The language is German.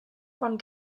von